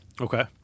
Okay